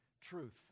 truth